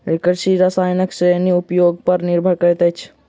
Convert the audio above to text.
कृषि रसायनक श्रेणी उपयोग पर निर्भर करैत अछि